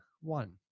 One